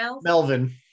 melvin